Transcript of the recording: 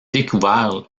découvert